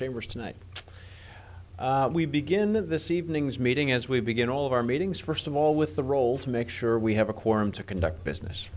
chambers tonight we begin this evening's meeting as we begin all of our meetings first of all with the role to make sure we have a quorum to conduct business